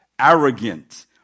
arrogant